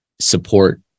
support